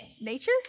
nature